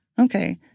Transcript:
Okay